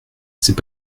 c’est